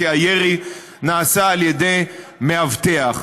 כי הירי נעשה על ידי מאבטח,